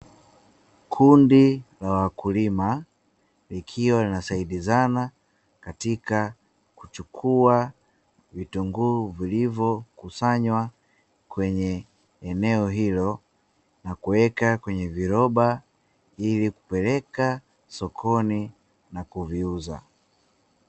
Kundi la wakulima likiwa linasaidizana katika kuchukua vitunguu vilivyokusanywa kwenye eneo hilo na kuweka kwenye viroba ili kupeleka sokoni na kuviuza.